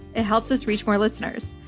it helps us reach more listeners.